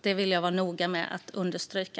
Det vill jag vara noga med att understryka.